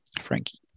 Frankie